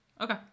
Okay